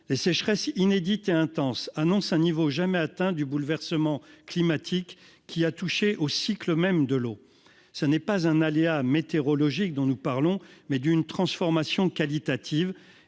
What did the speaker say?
Les sécheresses inédites et intenses annoncent un niveau jamais atteint du bouleversement climatique, qui a touché le cycle même de l'eau. Ce n'est pas un aléa météorologique, c'est une transformation qualitative-